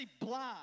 blind